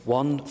one